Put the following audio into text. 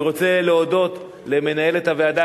אני רוצה להודות למנהלת הוועדה,